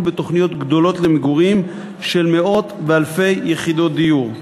בתוכניות גדולות למגורים של מאות ואלפי יחידות דיור.